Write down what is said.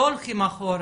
לא הולכים אחורה,